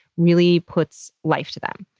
really puts life to them.